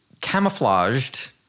camouflaged